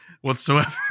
whatsoever